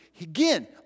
Again